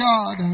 God